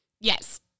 Yes